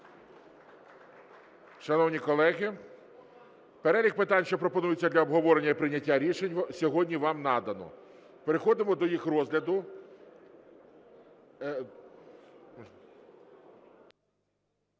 Шановні колеги, перелік питань, що пропонуються для обговорення і прийняття рішень, сьогодні вам надано, переходимо до їх розгляду.